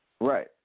Right